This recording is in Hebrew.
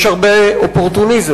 יש הרבה אופורטוניזם,